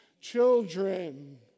Children